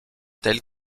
tels